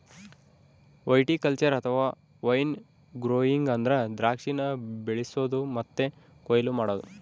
viticulture ಅಥವಾ wine growing ಅಂದ್ರ ದ್ರಾಕ್ಷಿನ ಬೆಳಿಸೊದು ಮತ್ತೆ ಕೊಯ್ಲು ಮಾಡೊದು